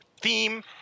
theme